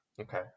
Okay